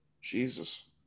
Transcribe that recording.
Jesus